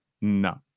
no